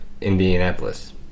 Indianapolis